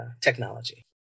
technology